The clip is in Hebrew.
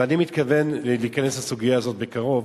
ואני מתכוון להיכנס לסוגיה הזאת בקרוב